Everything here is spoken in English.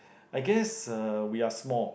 I guess uh we are small